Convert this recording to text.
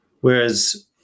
Whereas